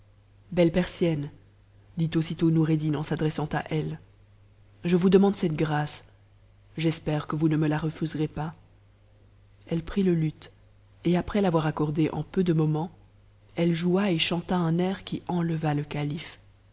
belle persienne dit aussitôt noureddin en s'adressant à elle j vous demande cette grâce j'espère que vous ne me la refuserez pas elle prit le luth et après l'avoir accordé en peu de moments elle joua et chanta un air qui enleva le calife